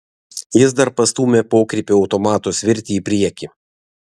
jis dar pastūmė pokrypio automato svirtį į priekį